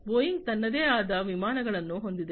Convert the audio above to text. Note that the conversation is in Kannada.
ಬೋಯಿಂಗ್ ತನ್ನದೇ ಆದ ವಿಮಾನಗಳನ್ನು ಹೊಂದಿದೆ